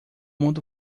mundo